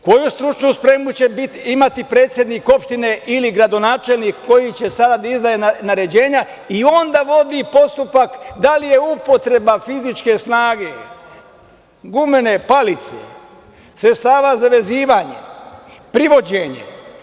Koju stručnu spremu će imati predsednik opštine ili gradonačelnik koji će sada da izdaje naređenja i on da vodi postupak da li je upotreba fizičke snage, gumene palice, sredstava za vezivanje, privođenje?